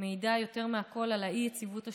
מעידה יותר מהכול על האי-יציבות השלטונית,